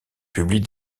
publie